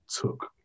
took